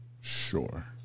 Sure